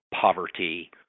poverty